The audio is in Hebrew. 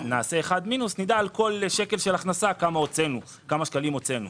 ונעשה אחד מינוס נדע על כל שקל של הכנסה כמה שקלים הוצאנו.